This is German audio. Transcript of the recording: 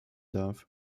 darf